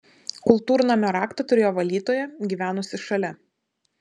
kultūrnamio raktą turėjo valytoja gyvenusi šalia